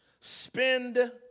Spend